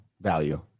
value